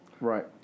Right